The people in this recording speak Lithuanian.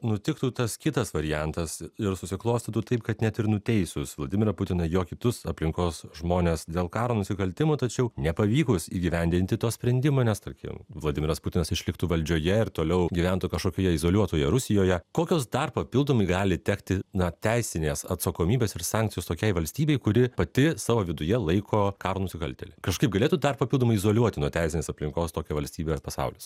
nutiktų tas kitas variantas ir susiklostytų taip kad net ir nuteisus vladimirą putiną jo kitus aplinkos žmones dėl karo nusikaltimų tačiau nepavykus įgyvendinti to sprendimo nes tarkim vladimiras putinas išliktų valdžioje ir toliau gyventų kažkokioje izoliuotoje rusijoje kokios dar papildomai gali tekti na teisinės atsakomybės ir sankcijos tokiai valstybei kuri pati savo viduje laiko karo nusikaltėlį kažkaip galėtų dar papildomai izoliuoti nuo teisinės aplinkos tokią valstybę pasaulis